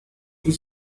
did